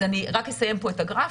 אז אני רק אסיים פה את הגרף.